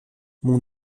mon